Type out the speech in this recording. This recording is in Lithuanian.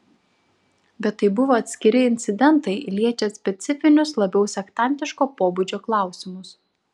bet tai buvo atskiri incidentai liečią specifinius labiau sektantiško pobūdžio klausimus